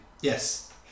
Yes